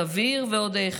סביר ועוד איך,